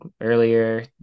earlier